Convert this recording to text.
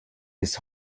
bis